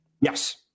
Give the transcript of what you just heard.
Yes